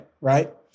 right